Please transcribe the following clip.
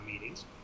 meetings